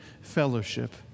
fellowship